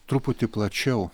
truputį plačiau